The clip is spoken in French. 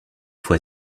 fois